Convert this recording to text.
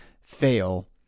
fail